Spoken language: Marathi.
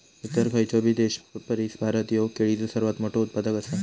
इतर खयचोबी देशापरिस भारत ह्यो केळीचो सर्वात मोठा उत्पादक आसा